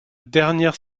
dernière